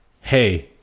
hey